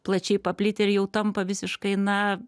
plačiai paplitę ir jau tampa visiškai na